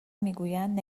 میگویند